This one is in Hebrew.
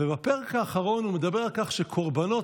ובפרק האחרון הוא דיבר על כך שקורבנות,